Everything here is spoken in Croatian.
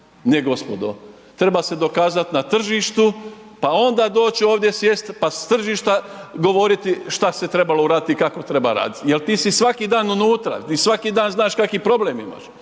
Ne gospodo, treba se dokazat na tržištu pa onda doć ovdje sjest pa sa tržišta govoriti šta se trebalo uraditi i kako treba raditi jer ti si svaki dan unutra, ti svaki dan znaš kakav problem imaš.